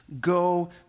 go